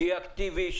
שיהיה אקטיבי,